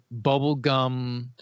bubblegum